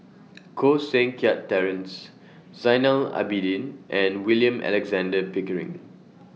Koh Seng Kiat Terence Zainal Abidin and William Alexander Pickering